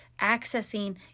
accessing